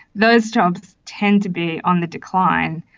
those jobs tend to be on the decline.